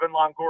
Longoria